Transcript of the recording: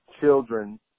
children